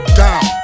down